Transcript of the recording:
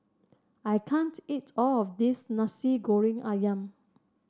I can't eat all of this Nasi Goreng ayam